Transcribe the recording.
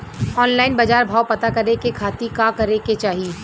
Online बाजार भाव पता करे के खाती का करे के चाही?